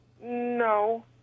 No